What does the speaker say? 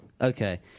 Okay